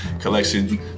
Collection